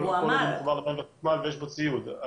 כל מקום שמחובר למים ולחשמל ויש בו ציוד.